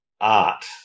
art